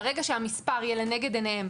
ברגע שהמספר יהיה לנגד עיניהם,